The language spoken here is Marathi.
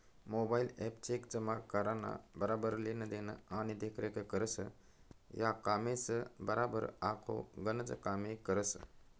मोबाईल ॲप चेक जमा कराना बराबर लेन देन आणि देखरेख करस, या कामेसबराबर आखो गनच कामे करस